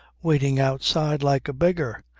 waiting outside like a beggar,